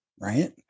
right